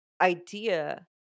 idea